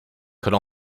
could